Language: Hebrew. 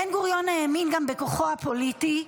בן-גוריון האמין גם בכוחו הפוליטי,